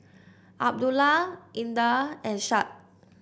Abdullah Indah and Syed